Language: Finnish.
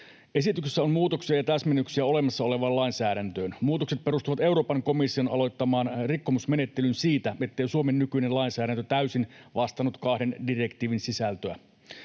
Esityksessä on muutoksia ja täsmennyksiä olemassa olevaan lainsäädäntöön. Muutokset perustuvat Euroopan komission aloittamaan rikkomusmenettelyyn siitä, ettei Suomen nykyinen lainsäädäntö täysin vastannut kahden direktiivin sisältöä.